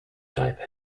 type